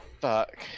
fuck